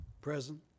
Present